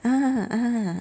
ah ah